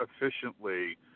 efficiently